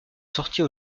sortie